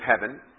heaven